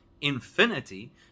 infinity